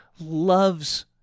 loves